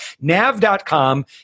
Nav.com